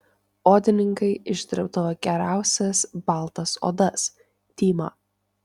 odininkai išdirbdavo geriausias baltas odas tymą